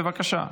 בבקשה.